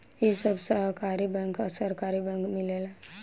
इ सब सहकारी बैंक आ सरकारी बैंक मिलेला